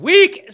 Week